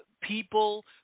people